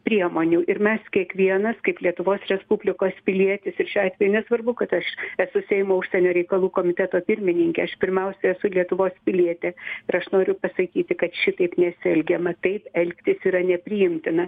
priemonių ir mes kiekvienas kaip lietuvos respublikos pilietis ir šiuo atveju nesvarbu kad aš esu seimo užsienio reikalų komiteto pirmininkė aš pirmiausia esu lietuvos pilietė ir aš noriu pasakyti kad šitaip nesielgiama taip elgtis yra nepriimtina